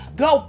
go